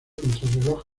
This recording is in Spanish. contrarreloj